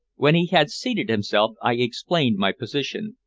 when he had seated himself i explained my position,